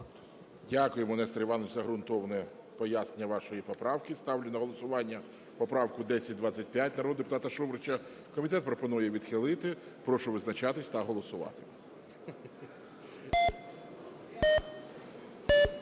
Дякуємо, Нестор Іванович, за ґрунтовне пояснення вашої поправки. Ставлю на голосування поправку 1025 народного депутата Шуфрича. Комітет пропонує її відхилити. Прошу визначатись та голосувати.